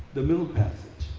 the middle passage.